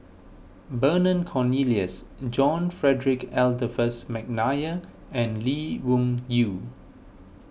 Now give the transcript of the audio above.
Vernon Cornelius John Frederick Adolphus McNair and Lee Wung Yew